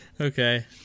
Okay